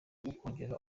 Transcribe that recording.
ukongera